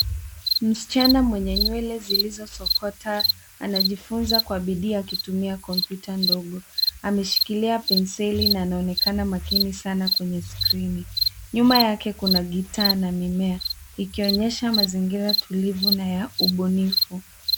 Msichana mwenye nywele zilizosokota anajifunza kwa bidii akitumia kompyuta ndogo. Ameshikilia penseli na anaonekana makini sana kwenye skrini. Nyuma yake kuna gitaa na mimea, ikionyesha mazingira tulivu na ya ubunifu.